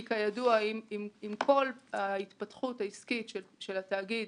אם כל ההתפתחות העסקית של התאגיד